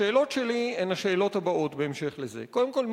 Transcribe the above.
השאלות שלי הן השאלות הבאות בהמשך לזה: קודם כול,